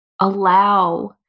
allow